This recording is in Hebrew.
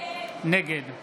נגד יואב